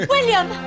William